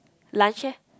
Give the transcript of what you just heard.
lunch eh